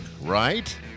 right